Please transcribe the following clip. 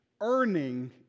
Earning